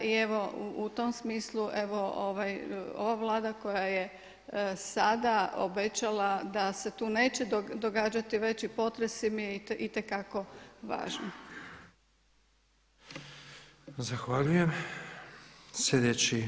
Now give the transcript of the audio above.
I evo u tom smislu ova Vlada koja je sada obećala da se tu neće događati veći potresi mi je itekako važna.